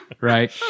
right